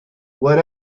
what